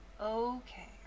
okay